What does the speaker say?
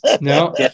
No